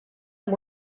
amb